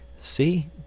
See